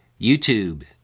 YouTube